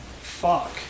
Fuck